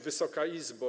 Wysoka Izbo!